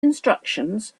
instructions